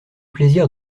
plaisir